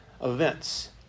events